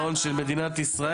הישיבה ננעלה בשעה 12:40.